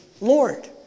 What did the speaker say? Lord